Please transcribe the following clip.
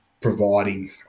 providing